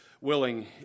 willing